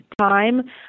time